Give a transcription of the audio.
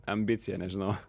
ambicija nežinau